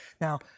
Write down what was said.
Now